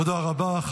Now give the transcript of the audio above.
תודה רבה.